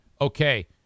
okay